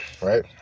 right